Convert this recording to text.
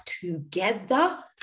together